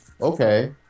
okay